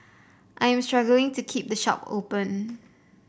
I am struggling to keep the shop open